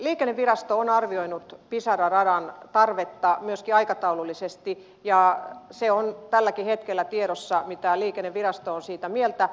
liikennevirasto on arvioinut pisara radan tarvetta myöskin aikataulullisesti ja se on tälläkin hetkellä tiedossa mitä liikennevirasto on siitä mieltä